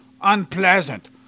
unpleasant